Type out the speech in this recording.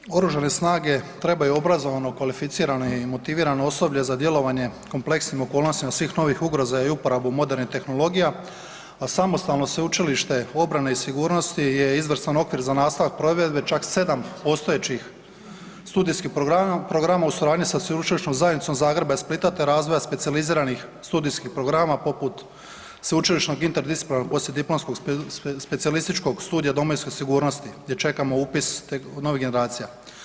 Dakle, Oružane snage trebaju obrazovano, kvalificirano i motivirano osoblje za djelovanje kompleksnim okolnostima svih novih ugroza i uporabu modernih tehnologija, a samostalno Sveučilište obrane i sigurnosti je izvrstan okvir za nastavak provedbe čak 7 postojećih studijskih programa u suradnji sa sveučilišnom zajednicom Zagreba i Splita te razvoja specijaliziranih studijskih programa poput sveučilišnog interdisciplinarnog poslijediplomskom studija domovinske sigurnosti gdje čekamo upis novih generacija.